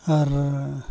ᱟᱨ